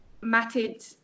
matted